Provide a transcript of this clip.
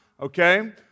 okay